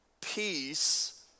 peace